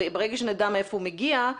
וברגע שנדע מאיפה הוא מגיע,